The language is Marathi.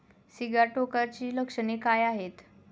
सिगाटोकाची लक्षणे काय आहेत?